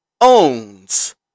owns